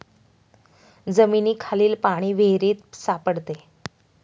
जमिनीखालील पाणी विहिरीत सापडते